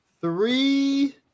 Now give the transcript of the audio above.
Three